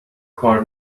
کار